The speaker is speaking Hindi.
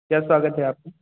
सर स्वागत है आप